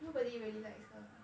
nobody really likes her ah